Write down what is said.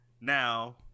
Now